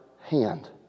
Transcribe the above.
hand